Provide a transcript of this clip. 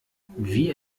wie